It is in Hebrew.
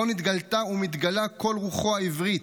בו נתגלתה ומתגלה כל רוחו העברית.